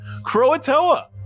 Croatoa